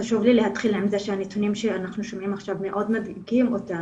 חשוב לי להתחיל עם זה שהנתונים שאנחנו שומעים עכשיו מאוד מדאיגים אותנו,